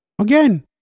Again